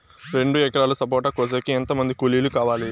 రెండు ఎకరాలు సపోట కోసేకి ఎంత మంది కూలీలు కావాలి?